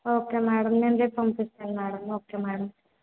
okay madam నేను రేపు పంపిస్తాను మేడం ఓకే మేడం